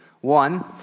One